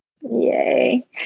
yay